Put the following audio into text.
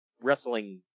wrestling